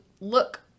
look